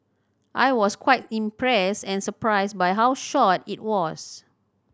I was quite impressed and surprised by how short it was